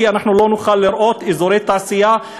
כי אנחנו לא נוכל לראות אזורי תעשייה,